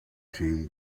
team